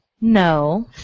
No